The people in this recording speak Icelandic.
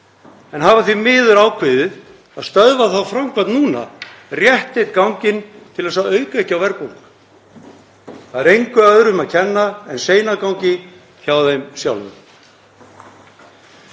en hefur því miður ákveðið að stöðva þá framkvæmd núna rétt eina ferðina til að auka ekki á verðbólgu. Það er engu öðru um að kenna en seinagangi hjá þeim sjálfum.